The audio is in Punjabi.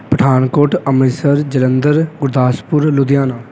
ਪਠਾਨਕੋਟ ਅੰਮ੍ਰਿਤਸਰ ਜਲੰਧਰ ਗੁਰਦਾਸਪੁਰ ਲੁਧਿਆਣਾ